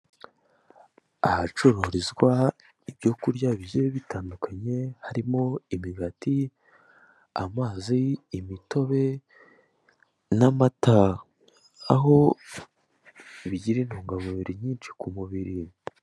Ahacururizwa ibyo kurya bigiye bitandukanye harimo imigati amazi imitobe n'amata aho bigira intungamubiri nyinshi ku mubiri.